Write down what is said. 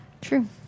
True